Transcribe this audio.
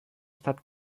estat